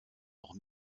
noch